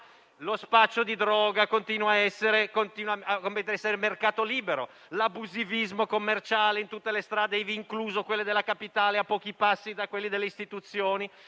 lo spaccio di droga continua a essere un mercato libero, l'abusivismo commerciale è in tutte le strade, ivi incluse quelle della Capitale, a pochi passi dai palazzi delle Istituzioni,